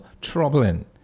troubling